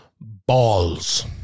balls